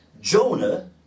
Jonah